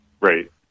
Right